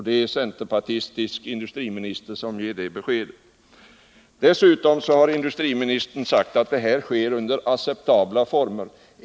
Det är en centerpartistisk industriminister som ger det beskedet. Dessutom har industriministern sagt att det hela sker under acceptabla former.